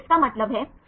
छात्र CD hit